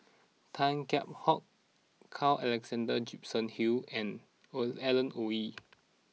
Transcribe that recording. Tan Kheam Hock Carl Alexander Gibson Hill and Alan Oei